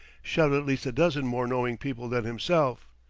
shout at least a dozen more knowing people than himself.